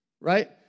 right